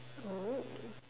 oh